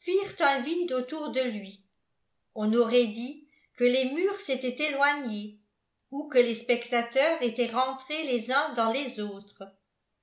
firent un vide autour de lui on aurait dit que les murs s'étaient éloignés ou que les spectateurs étaient rentrés les uns dans les autres